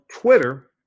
twitter